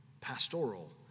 pastoral